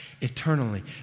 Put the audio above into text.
eternally